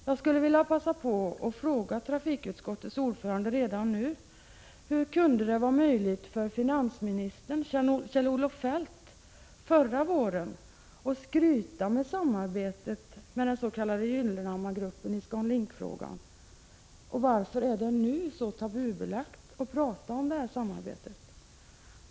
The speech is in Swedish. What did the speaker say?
Jag skulle vilja passa på att fråga trafikutskottets ordförande redan nu: Hur kunde det vara möjligt för finansminister Kjell-Olof Feldt förra året att skryta över samarbetet med den s.k Gyllenhammargruppen i ScanLinkfrågan och varför är det nu så tabubelagt att tala om detta samarbete?